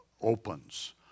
opens